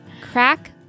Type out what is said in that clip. Crack